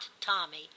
Tommy